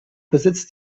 besitzt